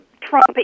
Trump